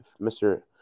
Mr